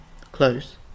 Close